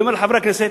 אני אומר לחברי הכנסת,